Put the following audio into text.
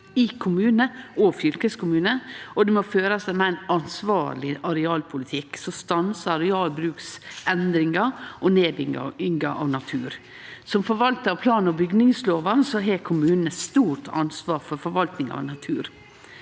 i kommunar og fylkeskommunar, og det må førast ein meir ansvarleg arealpolitikk som stansar arealbruksendringar og nedbygginga av natur. Som forvaltar av plan- og bygningslova har kommunane eit stort ansvar for forvaltninga av natur.